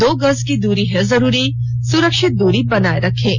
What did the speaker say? दो गज की दूरी है जरूरी सुरक्षित दूरी बनाए रखें